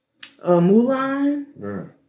Mulan